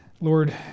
Lord